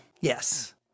Yes